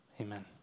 amen